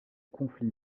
conflits